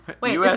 Wait